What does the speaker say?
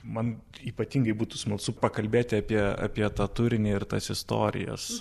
man ypatingai būtų smalsu pakalbėti apie apie tą turinį ir tas istorijas